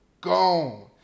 Gone